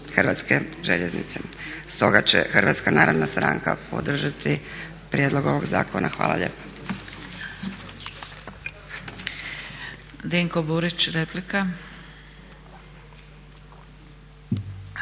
Hrvatske željeznice. Stoga će Hrvatska narodna stranka podržati prijedlog ovog zakona. Hvala lijepa.